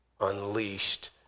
unleashed